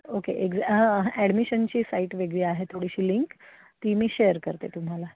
okay exam ॲडमिशनची site वेगळी आहे थोडीशी लिंक ती मी शेअर करते तुम्हाला